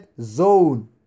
zone